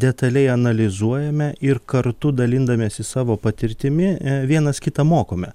detaliai analizuojame ir kartu dalindamiesi savo patirtimi vienas kitą mokome